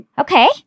okay